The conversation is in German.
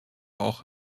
auch